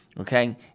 Okay